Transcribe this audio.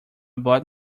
bought